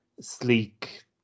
sleek